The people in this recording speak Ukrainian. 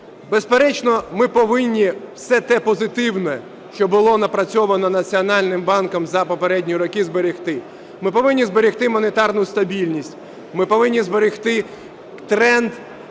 Безперечно, ми повинні все те позитивне, що було напрацьовано Національним банком за попередні роки, зберегти. Ми повинні зберегти монетарну стабільність, ми повинні зберегти тренд